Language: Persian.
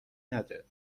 نده